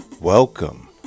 Welcome